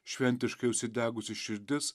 šventiškai užsidegusi širdis